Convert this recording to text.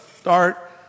start